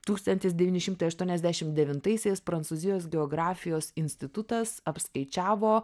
tūkstantis devyni šimtai aštuoniasdešim devintaisiais prancūzijos geografijos institutas apskaičiavo